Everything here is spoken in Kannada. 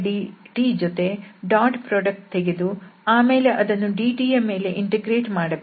drdt ಜೊತೆ ಡಾಟ್ ಪ್ರೋಡಕ್ಟ್ ತೆಗೆದು ಆಮೇಲೆ ಅದನ್ನು dt ಯ ಮೇಲೆ ಇಂಟಿಗ್ರೇಟ್ ಮಾಡಬೇಕು